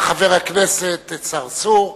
חבר הכנסת צרצור,